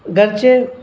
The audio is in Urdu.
گرچہ